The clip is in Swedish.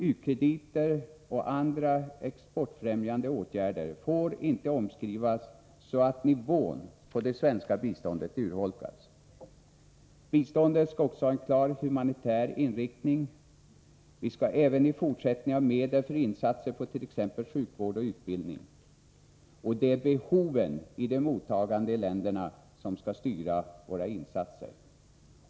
U-krediter och andra exportfrämjande åtgärder får inte omskrivas så att nivån på det svenska biståndet urholkas. Biståndet skall också ha en klar humanitär inriktning. Vi skall även i fortsättningen ha medel för insatser för t.ex. sjukvård och utbildning. Det är behoven i mottagarländerna som skall styra våra insatser.